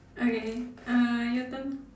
okay uh your turn